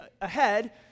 ahead